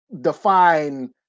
define